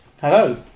Hello